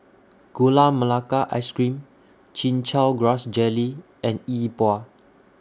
Gula Melaka Ice Cream Chin Chow Grass Jelly and Yi Bua